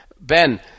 Ben